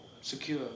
Secure